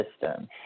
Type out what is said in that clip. system